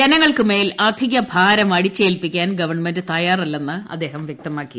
ജനങ്ങൾക്കുമേൽ അധികഭാരം അടിച്ചേൽപ്പിക്കാൻ ഗവൺമെന്റ് തയ്യാറാല്ലെന്ന് അദ്ദേഹം വ്യക്തമാക്കി